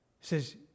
says